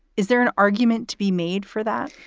is there an argument to be made for that?